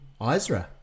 Isra